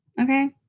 Okay